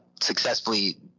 successfully